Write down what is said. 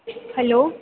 hello